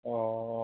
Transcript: অঁ